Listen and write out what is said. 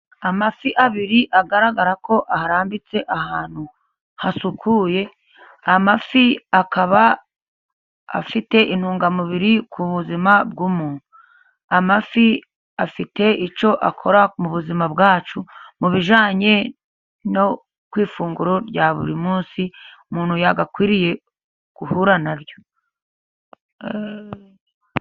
Amafi abiri agaragara ko aharambitse ahantu hasukuye; amafi akaba afite intungamubiri ku buzima bw'umuntu, amafi afite icyo akora mu buzima bwacu mu bijyanye no ku ifunguro rya buri munsi umuntu yagakwiriye guhura na ryo.